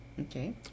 Okay